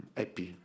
happy